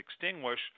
extinguish